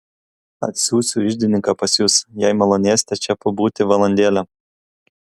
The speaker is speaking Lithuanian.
atsiųsiu iždininką pas jus jei malonėsite čia pabūti valandėlę